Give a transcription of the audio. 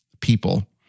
people